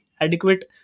adequate